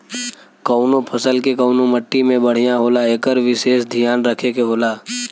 कउनो फसल के कउने मट्टी में बढ़िया होला एकर विसेस धियान रखे के होला